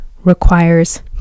requires